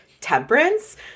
temperance